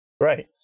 right